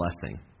blessing